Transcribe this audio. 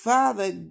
Father